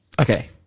Okay